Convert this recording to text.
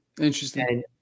interesting